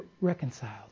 reconciled